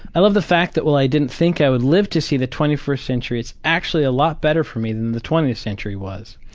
i love that fact that while i didn't think i would live to see the twenty first century, it's actually a lot better for me than the twentieth century was.